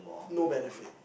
no benefit